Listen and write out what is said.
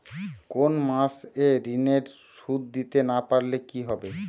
কোন মাস এ ঋণের সুধ দিতে না পারলে কি হবে?